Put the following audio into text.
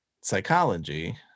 psychology